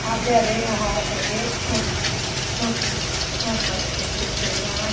അതെ അതെ okay okay ആ ആ ആ അത് ശരി ശരി ശരി ആ